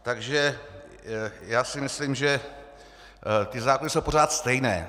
Takže já si myslím, že ty zákony jsou pořád stejné.